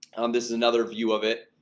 this is another view of it,